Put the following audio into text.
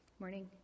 morning